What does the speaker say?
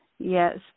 Yes